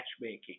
matchmaking